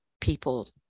people